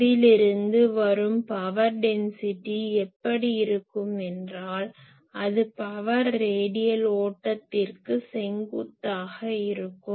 அதிலிருந்து வரும் power density எப்படி இருக்கும் என்றால் அது பவர் ரேடியல் ஓட்டத்திற்கு செங்குத்தாக இருக்கும்